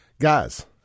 Guys